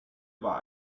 war